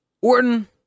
Orton